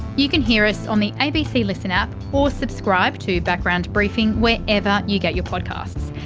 you can hear us on the abc listen app, or. subscribe to background briefing wherever you get your podcasts.